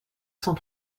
cent